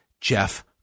Jeff